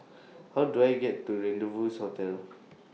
How Do I get to Rendezvous Hotel